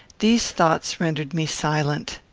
these thoughts rendered me silent.